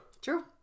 True